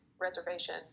reservation